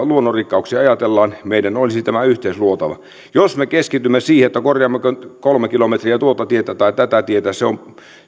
luonnonrikkauksia ajatellaan meidän olisi tämä yhteys luotava jos me keskitymme siihen korjaammeko kolme kilometriä tuota tietä tai tätä tietä se on